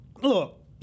look